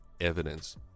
evidence